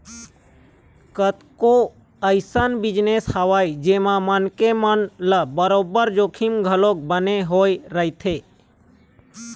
कतको अइसन बिजनेस हवय जेमा मनखे मन ल बरोबर जोखिम घलोक बने होय रहिथे